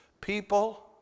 people